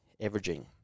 averaging